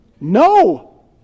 No